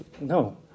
No